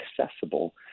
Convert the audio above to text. accessible